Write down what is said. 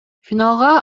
финалга